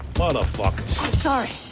motherfuckers. i'm sorry.